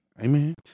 Amen